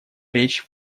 речь